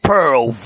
Pearl